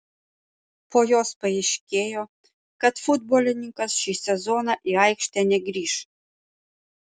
po jos paaiškėjo kad futbolininkas šį sezoną į aikštę negrįš